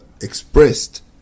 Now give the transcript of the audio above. expressed